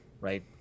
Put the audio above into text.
right